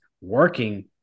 working